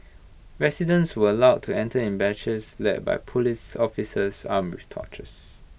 residents were allowed to enter in batches led by Police officers armed with torches